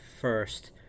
first